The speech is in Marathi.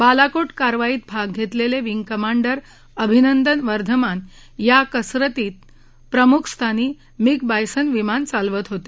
बालाकोट कारवाईत भाग घेतलेले विंग कमांडर अभिनंदन वर्धमान या कसरतीत प्रमुख स्थानी मिग बायसन विमान चालवत होते